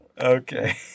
Okay